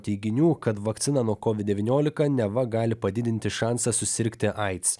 teiginių kad vakcina nuo kovid devyniolika neva gali padidinti šansą susirgti aids